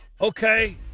Okay